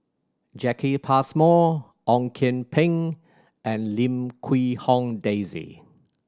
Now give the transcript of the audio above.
Jacki Passmore Ong Kian Peng and Lim Quee Hong Daisy